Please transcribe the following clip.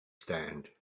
stand